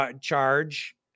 charge